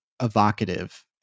evocative